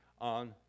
on